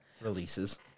Releases